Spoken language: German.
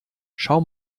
schau